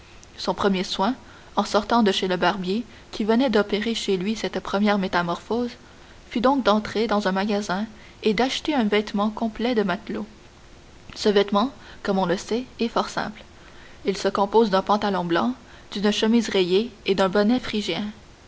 son premier soin en sortant de chez le barbier qui venait d'opérer chez lui cette première métamorphose fut donc d'entrer dans un magasin et d'acheter un vêtement complet de matelot ce vêtement comme on le sait est fort simple il se compose d'un pantalon blanc d'une chemise rayée et d'un bonnet phrygien